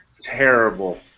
terrible